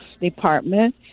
department